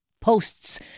posts